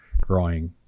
growing